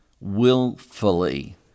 willfully